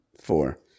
four